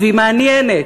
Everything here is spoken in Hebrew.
והיא מעניינת.